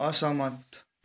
असहमत